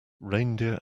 reindeer